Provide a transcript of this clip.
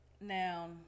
now